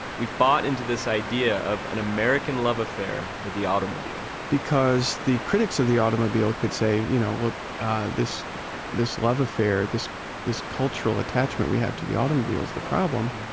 we've bought into this idea of an american love affair with the automobile because the critics of the automobile could say, you know ah ah this this love affair, this this cultural attachment we have to the automobile's the problem,